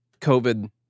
COVID